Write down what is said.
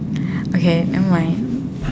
okay never mind